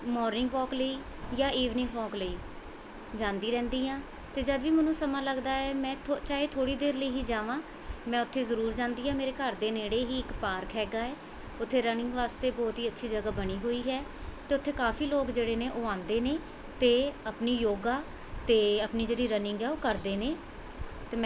morning walk ਲਈ ਜਾਂ evening walk ਲਈ ਜਾਂਦੀ ਰਹਿੰਦੀ ਹਾਂ ਅਤੇ ਜਦ ਵੀ ਮੈਨੂੰ ਸਮਾਂ ਲੱਗਦਾ ਹੈ ਮੈਂ ਥੋ ਚਾਹੇ ਥੋੜ੍ਹੀ ਦੇਰ ਲਈ ਹੀ ਜਾਵਾਂ ਮੈਂ ਉੱਥੇ ਜ਼ਰੂਰ ਜਾਂਦੀ ਹਾਂ ਮੇਰੇ ਘਰ ਦੇ ਨੇੜੇ ਹੀ ਇੱਕ ਪਾਰਕ ਹੈਗਾ ਹੈ ਉੱਥੇ ਰਨਿੰਗ ਵਾਸਤੇ ਬਹੁਤ ਹੀ ਅੱਛੀ ਜਗ੍ਹਾ ਬਣੀ ਹੋਈ ਹੈ ਅਤੇ ਉੱਥੇ ਕਾਫ਼ੀ ਲੋਕ ਜਿਹੜੇ ਨੇ ਉਹ ਆਉਂਦੇ ਨੇ ਅਤੇ ਆਪਣੀ ਯੋਗਾ ਅਤੇ ਆਪਣੀ ਜਿਹੜੀ ਰਨਿੰਗ ਹੈ ਉਹ ਕਰਦੇ ਨੇ ਅਤੇ ਮੈਂ